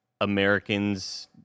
Americans